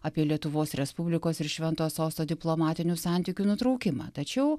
apie lietuvos respublikos ir šventojo sosto diplomatinių santykių nutraukimą tačiau